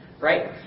Right